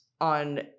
on